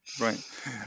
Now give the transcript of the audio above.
right